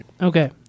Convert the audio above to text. Okay